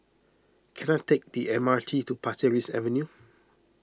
can I take the M R T to Pasir Ris Avenue